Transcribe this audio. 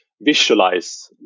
visualize